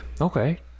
Okay